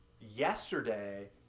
yesterday